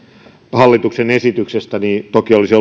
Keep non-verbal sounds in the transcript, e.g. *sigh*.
hallituksen esityksestä toki olisi *unintelligible*